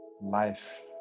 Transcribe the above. life